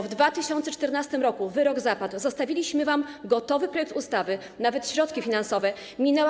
W 2014 r. wyrok zapadł, zostawiliśmy wam gotowy projekt ustawy, nawet środki finansowe, minęła.